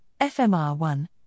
FMR1